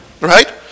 right